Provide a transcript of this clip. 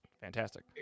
fantastic